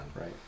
Right